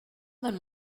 than